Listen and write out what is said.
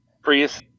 Prius